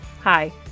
Hi